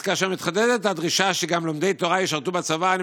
אז כאשר מתחדדת הדרישה שגם לומדי תורה ישרתו בצבא אני